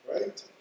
right